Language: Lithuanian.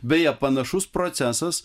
beje panašus procesas